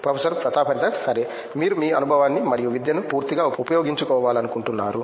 professor Pratap Haridas సరే మీరు మీ అనుభవాన్ని మరియు విద్యను పూర్తిగా ఉపయోగించుకోవాలనుకుంటున్నారు